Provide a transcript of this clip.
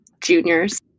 juniors